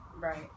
Right